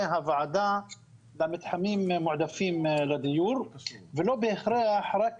בית ספר שלא מיועד למגורים אבל הוא נמצא בתוך תוכנית מגורים.